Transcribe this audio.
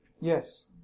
Yes